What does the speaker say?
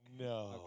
No